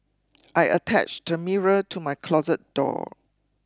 I attached a mirror to my closet door